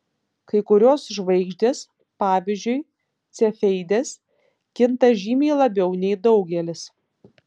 kai kurios žvaigždės pavyzdžiui cefeidės kinta žymiai labiau nei daugelis